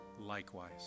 likewise